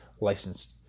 licensed